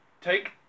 take